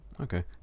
Okay